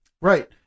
Right